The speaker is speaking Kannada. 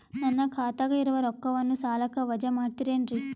ನನ್ನ ಖಾತಗ ಇರುವ ರೊಕ್ಕವನ್ನು ಸಾಲಕ್ಕ ವಜಾ ಮಾಡ್ತಿರೆನ್ರಿ?